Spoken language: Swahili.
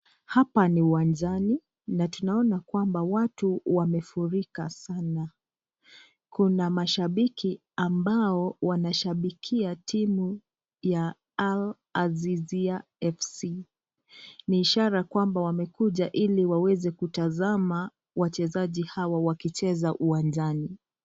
Hapa ni uwanjani na tunaona kwamba watu wamefurika sana. Kuna mashabiki ambao wanashabikia timu ya al azizia fc. Ni ishara kwamba wamekuja ili waweze kutazama wachezaji hawa wakicheza uwanjani.